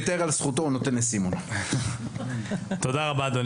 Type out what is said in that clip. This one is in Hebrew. תודה אדוני.